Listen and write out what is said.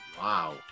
Wow